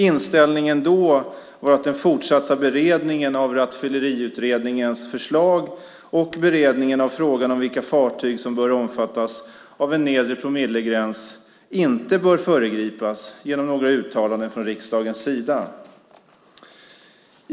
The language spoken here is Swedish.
Inställningen då var att den fortsatta beredningen av Rattfylleriutredningens förslag och beredningen av frågan om vilka fartyg som bör omfattas av en nedre promillegräns inte bör föregripas genom några uttalanden från riksdagens sida.